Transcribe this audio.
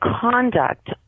conduct